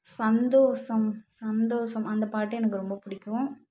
சந்தோஷம் சந்தோஷம் அந்த பாட்டு எனக்கு ரொம்ப பிடிக்கும்